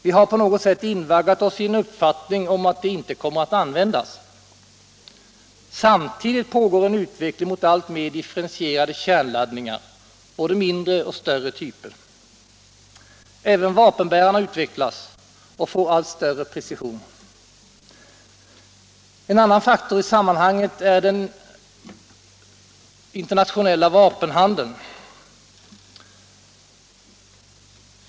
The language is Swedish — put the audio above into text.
Vi har på något sätt invaggat oss i en uppfattning om att de inte kommer att användas. Samtidigt pågår en utveckling mot alltmer differentierade kärnladdningar, både mindre och större typer. Även vapenbärarna utvecklas och får allt större precision. En annan faktor i sammanhanget är den internationella vapenhandeln.